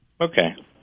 Okay